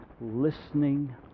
listening